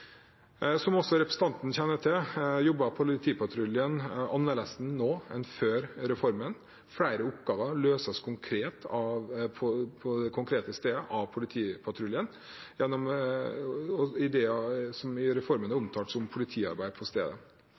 Som også representanten kjenner til, jobber politipatruljene annerledes nå enn før reformen. Flere oppgaver løses konkret på stedet av politipatruljene, gjennom det som i reformen er omtalt som «politiarbeid på stedet».